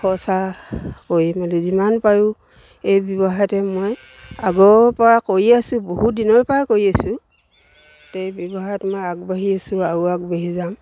খৰচা কৰি মেলি যিমান পাৰোঁ এই ব্যৱসায়তে মই আগৰপৰা কৰি আছো বহুত দিনৰপৰা কৰি আছো এই ব্যৱসায়ত মই আগবাঢ়ি আছো আৰু আগবাঢ়ি যাম